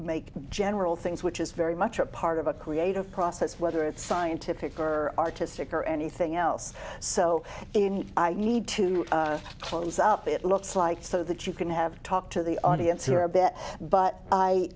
make general things which is very much a part of a creative process whether it's scientific or artistic or anything else so in i need to close up it looks like so that you can have talk to the audience here a bit but i